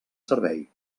servei